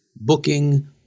booking